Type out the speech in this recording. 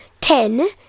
ten